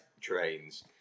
Trains